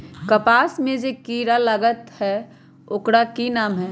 कपास में जे किरा लागत है ओकर कि नाम है?